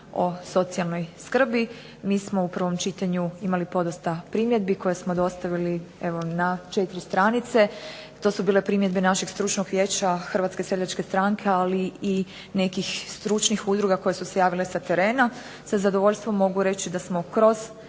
o socijalnoj skrbi. Mi smo u prvom čitanju imali podosta primjedbi koje smo dostavili na četiri stranice. To su bile primjedbe našeg stručnog vijeća Hrvatske seljačke stranke, ali i nekih stručnih udruga koje su se javile sa terena. Sa zadovoljstvom mogu reći da smo kroz